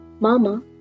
Mama